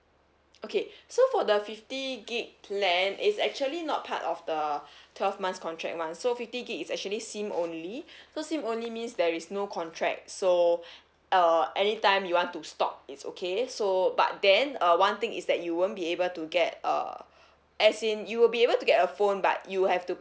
okay so for the fifty gig plan is actually not part of the twelve months contract [one] so fifty gig is actually SIM only so SIM only means there is no contract so uh anytime you want to stop it's okay so but then uh one thing is that you won't be able to get a as in you will be able to get a phone but you have to